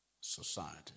society